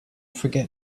forget